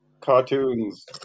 cartoons